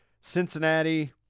Cincinnati